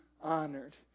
honored